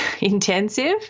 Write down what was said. intensive